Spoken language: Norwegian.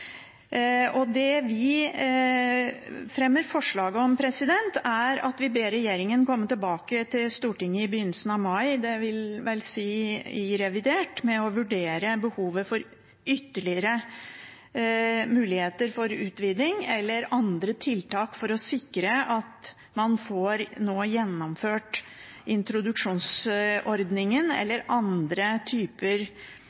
Det vi fremmer forslag om, er at vi ber regjeringen komme tilbake til Stortinget i begynnelsen av mai – det vil vel si i revidert – med en vurdering av behovet for ytterligere muligheter for utviding, eller andre tiltak, for å sikre at man nå får gjennomført introduksjonsordningen,